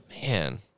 Man